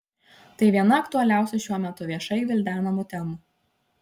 tai viena aktualiausių šiuo metu viešai gvildenamų temų